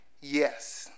yes